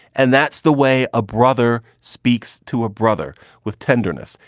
and that's the way a brother speaks to a brother with tenderness.